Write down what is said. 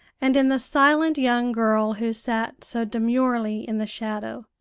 and in the silent young girl who sat so demurely in the shadow.